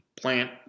plant